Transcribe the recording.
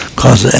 cause